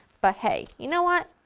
but hey, you know what,